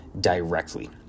directly